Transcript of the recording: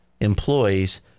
employees